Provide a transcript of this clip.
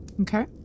Okay